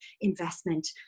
investment